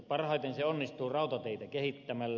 parhaiten se onnistuu rautateitä kehittämällä